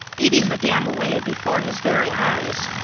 eating the dam away before his very eyes.